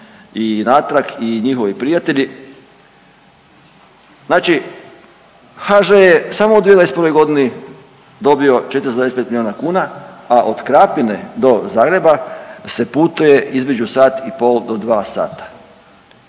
i natrag i njihovi prijatelji, znači HŽ je samo u 2021. godini dobio 4,5 milijuna kuna, a od Krapine do Zagreba se putuje između sat i pol do dva sata,